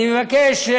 אני מבקש,